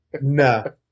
No